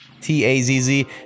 t-a-z-z